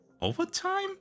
overtime